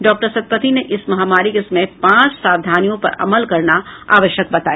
doctor Satpathy ने इस महामारी के समय पांच सावधानियों पर अमल करना आवश्यक बताया